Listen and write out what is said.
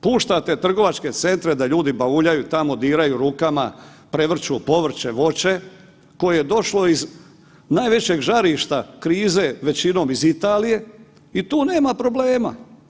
Puštate trgovačke centre da ljudi bauljaju tamo diraju rukama, prevrću povrće, voće koje je došlo iz najvećeg žarišta krize većinom iz Italije i tu nema problema.